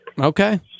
Okay